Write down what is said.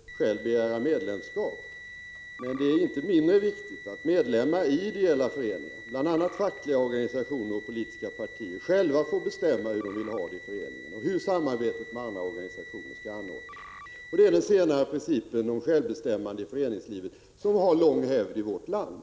Fru talman! Det är inte något fel på den princip som säger att man bör bli medlem i ett parti genom att själv begära medlemskap. Men det är inte mindre viktigt att medlemmar i ideella föreningar, bl.a. fackliga organisationer och politiska partier, själva får bestämma hur de vill ha det i föreningen och hur samarbetet med andra organisationer skall vara ordnat. Det är den senare principen, dvs. den om självbestämmande inom föreningslivet, som har lång hävd i vårt land.